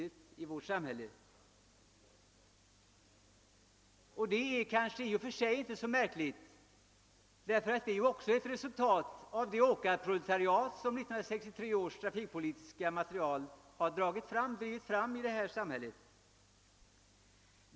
Men detta är vid närmare eftertanke kanske i och för sig inte så underligt, eftersom det också är ett resultat av det åkarproletariat som 1963 års trafikpolitiska beslut drivit fram i vårt samhälle.